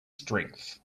strength